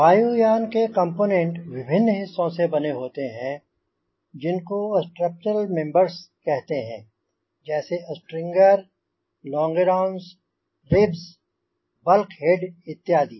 वायुयान के कम्पोनेंट विभिन्न हिस्सों से बने होते हैं जिनको स्ट्रक्चरल मेम्बर्ज़ कहते हैं जैसे स्ट्रिंगर लोंगेरोंस रिब्ज़ बल्क्हेड इत्यादि